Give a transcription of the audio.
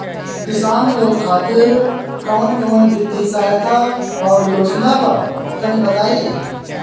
किसान लोग खातिर कवन कवन वित्तीय सहायता और योजना बा तनि बताई?